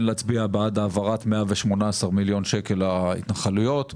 להצביע בעד העברת 118 מיליון שקל להתנחלויות,